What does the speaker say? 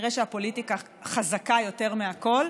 כנראה שהפוליטיקה חזקה יותר מהכול.